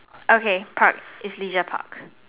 okay park is leisure park